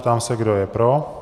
Ptám se, kdo je pro?